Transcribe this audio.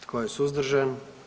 Tko je suzdržan?